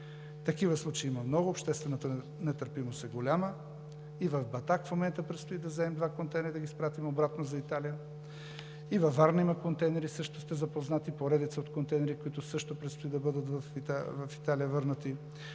Такива случаи има много. Обществената нетърпимост е голяма. И в Батак в момента предстои да вземем два контейнера и да ги изпратим обратно за Италия. И във Варна имат контейнери, също сте запознати – поредица контейнери, които предстои да бъдат върнати